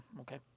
Okay